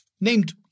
named